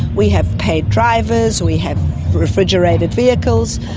we have paid drivers, we have refrigerated vehicles,